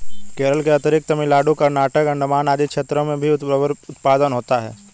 केरल के अतिरिक्त तमिलनाडु, कर्नाटक, अण्डमान आदि क्षेत्रों में भी रबर उत्पादन होता है